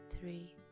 three